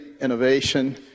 innovation